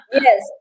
Yes